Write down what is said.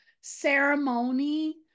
ceremony